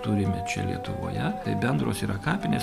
turime čia lietuvoje tai bendros yra kapinės